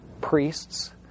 priests